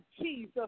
Jesus